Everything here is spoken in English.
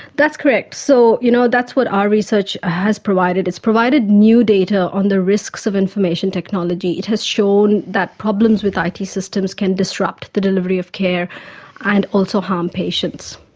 that's correct. so you know that's what our research has provided, it's provided new data on the risks of information technology, it has shown that problems with it systems can disrupt the delivery of care and also harm patients.